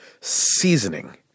Seasoning